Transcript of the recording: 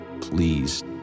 Please